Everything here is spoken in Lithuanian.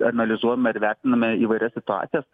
analizuojame ir vertiname įvairias situacijas